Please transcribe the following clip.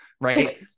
Right